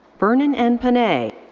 vernon n. panei.